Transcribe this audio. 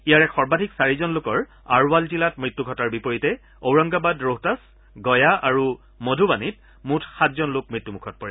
ইয়াৰে সৰ্বাধিক চাৰিজন লোকৰ আৰৱাল জিলাত মৃত্যু ঘটাৰ বিপৰীতে ঔৰংগাবাদ ৰোহতাছ গয়া আৰু মধুবাণীত মুঠ সাতজন লোক মৃত্যুমুখত পৰে